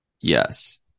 Yes